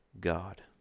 God